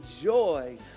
joy